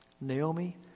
Naomi